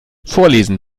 vorlesen